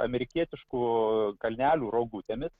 amerikietiškų kalnelių rogutėmis